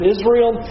Israel